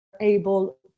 able